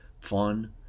fun